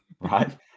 Right